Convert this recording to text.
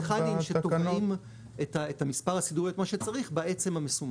-- מכאניים שקובעים את המספר הסידורי כמו שצריך בעצם המסומן.